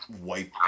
wipe